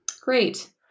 Great